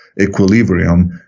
Equilibrium